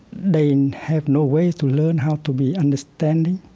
they and have no way to learn how to be understanding